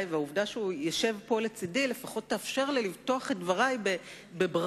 והעובדה שהוא ישב פה לצדי לפחות תאפשר לי לפתוח את דברי בברכות